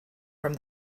from